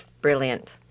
brilliant